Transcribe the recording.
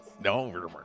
No